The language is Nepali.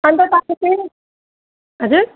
अनि त तपाईँ चाहिँ हजुर